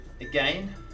again